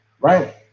Right